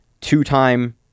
two-time